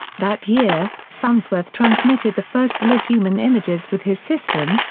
that year, farnsworth transmitted the first live human images with his system,